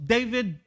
David